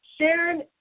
Sharon